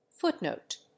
Footnote